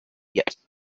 yet